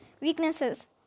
Weaknesses